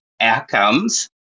outcomes